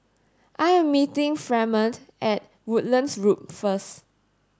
I am meeting Fremont at Woodlands Loop first